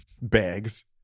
Bags